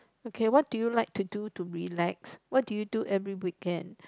okay what do you like to do to relax what do you do every weekend